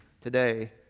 today